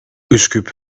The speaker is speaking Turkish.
üsküp